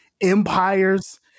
empires